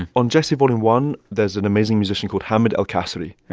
on djesse vol. one, there's an amazing musician called hamid el kasri,